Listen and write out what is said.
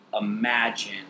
imagine